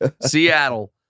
Seattle